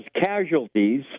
casualties